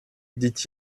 dit